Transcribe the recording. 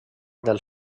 del